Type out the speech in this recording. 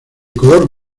color